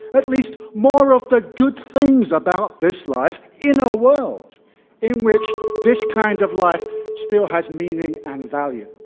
at least more of the good things about this life in our world in which this kind of life still has meaning and value.